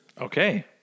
Okay